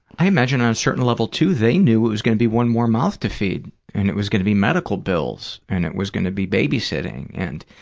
i imagine, on a certain level, too, they knew it was going to be one more mouth to feed and it was going to be medical bills and it was going to be baby-sitting and,